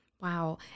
Wow